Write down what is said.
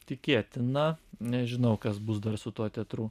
tikėtina nežinau kas bus dar su tuo teatru